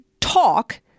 talk